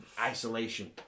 Isolation